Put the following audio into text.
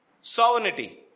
sovereignty